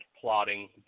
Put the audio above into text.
plotting